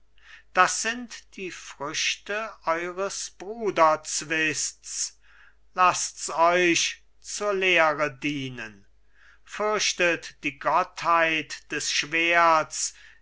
das sind die früchte eures bruderzwists laßts euch zur lehre dienen fürchtet die gottheit des schwerts